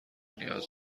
نیاز